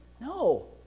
no